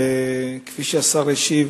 וכפי שהשר השיב,